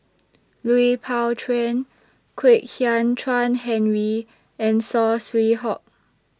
Lui Pao Chuen Kwek Hian Chuan Henry and Saw Swee Hock